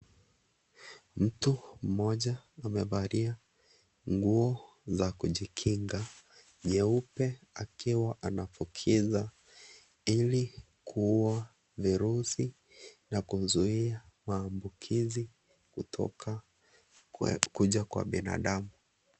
Mtu, mmoja, amevalia nguo za kujikinga nyeupe, akiwa anafukisa ili kuua virusi na kumzuia maambukizi kutoka kwe.,kuja kwa binadamu.